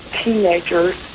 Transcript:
teenagers